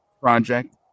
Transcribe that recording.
project